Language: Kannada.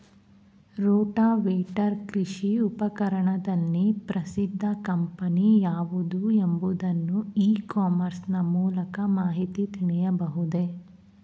ರೋಟಾವೇಟರ್ ಕೃಷಿ ಉಪಕರಣದಲ್ಲಿ ಪ್ರಸಿದ್ದ ಕಂಪನಿ ಯಾವುದು ಎಂಬುದನ್ನು ಇ ಕಾಮರ್ಸ್ ನ ಮೂಲಕ ಮಾಹಿತಿ ತಿಳಿಯಬಹುದೇ?